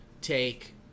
Take